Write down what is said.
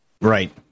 Right